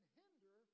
hinder